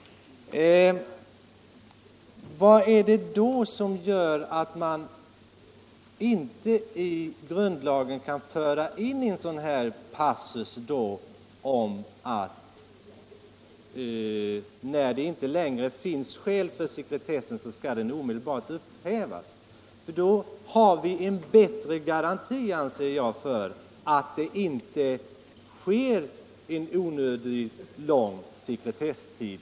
Vad är det då som gör att man inte i grundlagen kan föra in en sådan här passus om att när det inte längre finns skäl för sekretessen skall den omedelbart upphävas? Då skulle vi få en bättre garanti, anser jag, för att inte vissa handlingar blir föremål för onödigt lång sekretesstid.